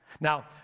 Now